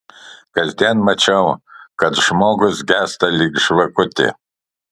kasdien mačiau kad žmogus gęsta lyg žvakutė